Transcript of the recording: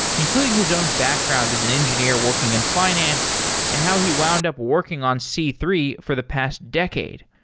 including his own background as an engineer working in finance and how he wound up working on c three for the past decade.